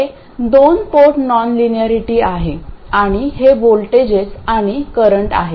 हे दोन port nonlinearity आहे आणि हे व्होल्टेजेस आणि करंट आहेत